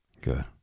Good